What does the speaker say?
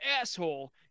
asshole